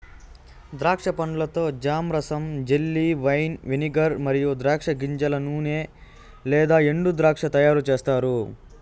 ద్రాక్ష పండ్లతో జామ్, రసం, జెల్లీ, వైన్, వెనిగర్ మరియు ద్రాక్ష గింజల నూనె లేదా ఎండుద్రాక్ష తయారుచేస్తారు